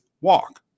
walk